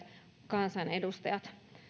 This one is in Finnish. kansanedustajat